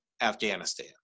afghanistan